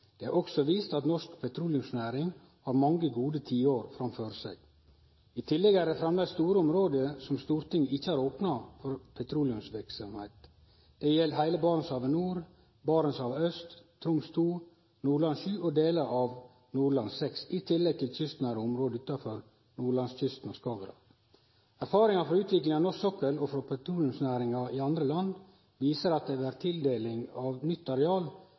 Det har òg vist at norsk petroleumsnæring har mange gode tiår framfor seg. I tillegg er det framleis store område som Stortinget ikkje har opna for petroleumsverksemd. Det gjeld heile Barentshavet nord, Barentshavet øst, Troms II, Nordland VII og delar av Nordland VI, i tillegg til kystnære område utanfor nordlandskysten og Skagerrak. Erfaringane frå utviklinga av norsk sokkel og frå petroleumsnæringa i andre land viser at det er ved tildeling av nytt areal